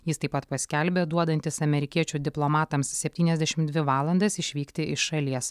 jis taip pat paskelbė duodantis amerikiečių diplomatams septyniasdešim dvi valandas išvykti į šalies